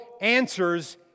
answers